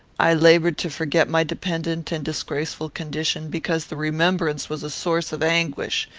i laboured to forget my dependent and disgraceful condition, because the remembrance was a source of anguish,